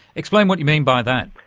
explain what you mean by that.